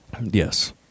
Yes